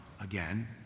again